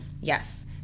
Yes